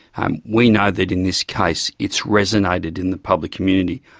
um we know that in this case, it's resonated in the public community.